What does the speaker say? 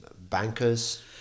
bankers